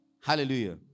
Hallelujah